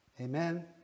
Amen